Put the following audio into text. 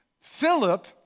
Philip